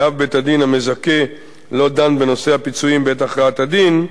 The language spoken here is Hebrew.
כי אם בית-הדין המזכה לא דן בנושא הפיצויים בעת הכרעת הדין,